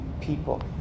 people